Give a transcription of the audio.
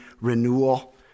renewal